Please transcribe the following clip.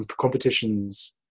competitions